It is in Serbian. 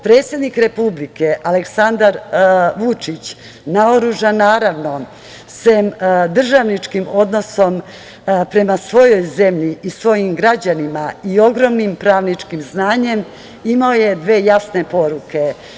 Predsednik Republike Aleksandar Vučić, naoružan naravno, sem državnim odnosom prema svojoj zemlji i svojim građanima i ogromnim pravničkim znanjem, imao je dve jasne poruke.